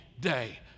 day